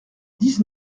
dix